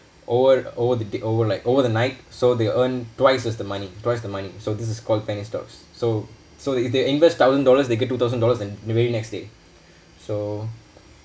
over over they over like over the night so they earn twice as the money twice the money so this is called penny stocks so so if they invest thousand dollars they get two thousand dollars the very next day so